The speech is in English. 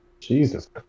Jesus